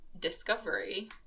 discovery